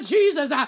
Jesus